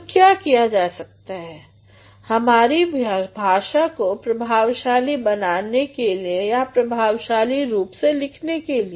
तो क्या किया जा सकता है हमारी भाषा को प्रभावशाली बनाने के लिए या प्रभावशाली रूप से लिखने के लिए